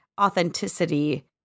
Authenticity